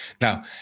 Now